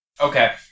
Okay